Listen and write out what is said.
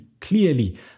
Clearly